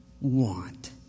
Want